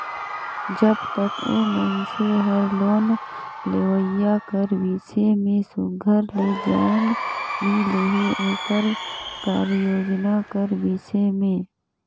जब तक ओ मइनसे हर लोन लेहोइया कर बिसे में सुग्घर ले जाएन नी लेहे ओकर कारयोजना कर बिसे में